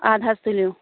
اَدٕ حظ تُلِو